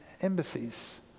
embassies